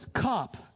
cup